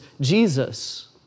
Jesus